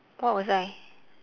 what was I